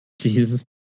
Jesus